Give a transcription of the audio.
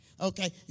okay